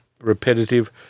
repetitive